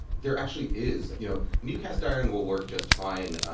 there actually is. you know new cast iron will work just fine.